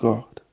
God